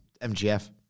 MGF